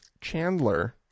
Chandler